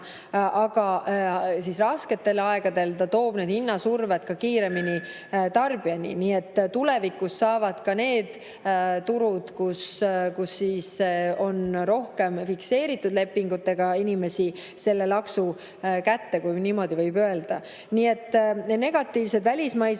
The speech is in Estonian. aga rasketel aegadel toob ta hinnasurve kiiremini tarbijani. Nii et tulevikus saavad ka need turud, kus on rohkem fikseeritud lepingutega inimesi, selle laksu kätte, kui nii võib öelda. Negatiivsed välismaised